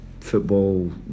football